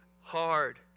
hard